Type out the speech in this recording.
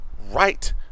right